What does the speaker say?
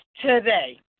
today